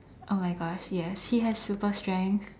oh my god yes he has super strength